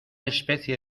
especie